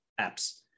apps